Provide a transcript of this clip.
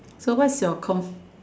so what's your com